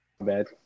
Bad